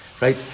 right